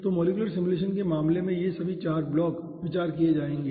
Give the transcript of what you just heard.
तो molecular simulation के मामले में ये सभी 4 ब्लॉक विचार किये जाएंगे